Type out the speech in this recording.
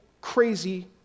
crazy